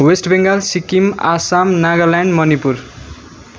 West Bengal Sikkim Assam Nagaland Manipur